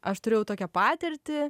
aš turėjau tokią patirtį